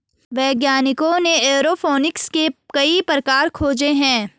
वैज्ञानिकों ने एयरोफोनिक्स के कई प्रकार खोजे हैं